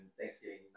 Thanksgiving